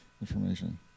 information